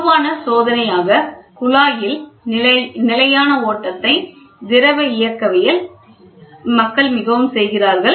பொதுவான சோதனையாக குழாயில் நிலையான ஓட்டத்தை திரவ இயக்கவியல் மக்கள் மிகவும் செய்கிறார்கள்